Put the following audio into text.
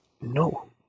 no